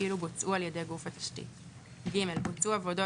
כאילו בוצעו על ידי גוף התשתית ; (ג) בוצעו עבודות